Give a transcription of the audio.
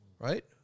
Right